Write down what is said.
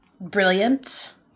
brilliant